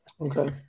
Okay